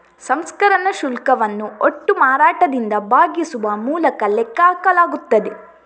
ಸಂಸ್ಕರಣಾ ಶುಲ್ಕವನ್ನು ಒಟ್ಟು ಮಾರಾಟದಿಂದ ಭಾಗಿಸುವ ಮೂಲಕ ಲೆಕ್ಕ ಹಾಕಲಾಗುತ್ತದೆ